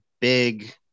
big